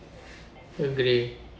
agree